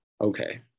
okay